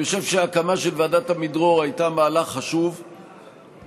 אני חושב שההקמה של ועדת עמידרור הייתה מהלך חשוב ונדמה